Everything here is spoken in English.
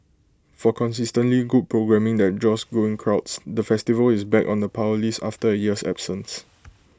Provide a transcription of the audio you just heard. for consistently good programming that draws growing crowds the festival is back on the power list after A year's absence